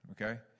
Okay